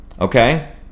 Okay